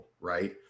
right